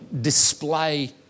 display